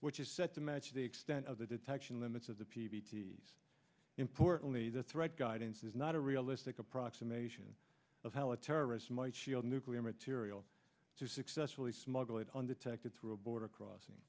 which is set to match the extent of the detection limits of the p v t importantly the threat guidance is not a realistic approximation of how a terrorist might shield a nuclear material to successfully smuggle it undetected through a border crossing